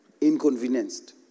inconvenienced